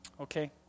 Okay